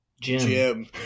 jim